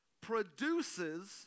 produces